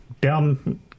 down